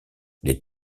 les